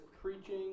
preaching